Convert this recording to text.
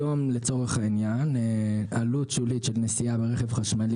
היום לצורך העניין עלות שולית של נסיעה ברכב חשמלי